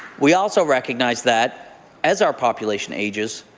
we also recognize that as our population ages,